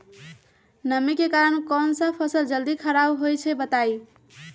नमी के कारन कौन स फसल जल्दी खराब होई छई बताई?